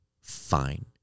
fine